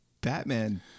Batman